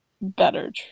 better